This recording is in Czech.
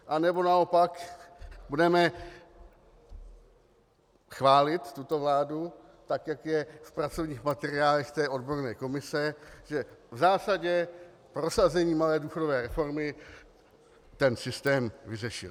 Anebo naopak budeme chválit tuto vládu, jak je v pracovních materiálech odborné komise, že v zásadě prosazením malé důchodové reformy tento systém vyřešila?